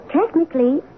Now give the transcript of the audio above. Technically